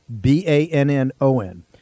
B-A-N-N-O-N